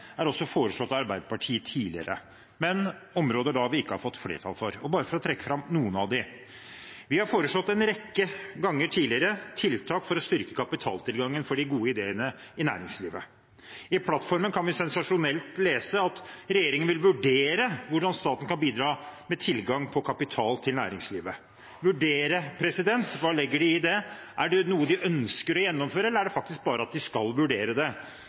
er også foreslått av Arbeiderpartiet tidligere, men da områder vi ikke har fått flertall for. Jeg vil trekke fram noen av dem. Vi har en rekke ganger tidligere foreslått tiltak for å styrke kapitaltilgangen for de gode ideene i næringslivet. I plattformen kan vi sensasjonelt lese at regjeringen vil vurdere hvordan staten kan bidra med tilgang på kapital til næringslivet. «Vurdere» – hva legger de i det? Er det noe de ønsker å gjennomføre, eller er det faktisk bare at de skal vurdere det?